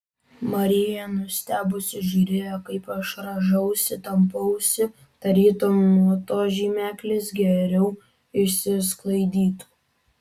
marija nustebusi žiūrėjo kaip aš rąžausi tampausi tarytum nuo to žymeklis geriau išsisklaidytų